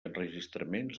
enregistraments